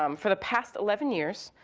um for the past eleven years,